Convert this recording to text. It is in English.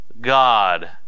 God